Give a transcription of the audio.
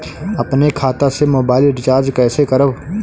अपने खाता से मोबाइल रिचार्ज कैसे करब?